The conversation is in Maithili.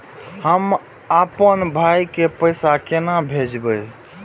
हम आपन भाई के पैसा केना भेजबे?